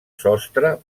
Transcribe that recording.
sostre